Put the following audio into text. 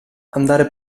andare